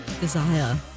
desire